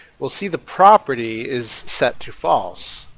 we'll see the property is set to false.